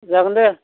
जागोन दे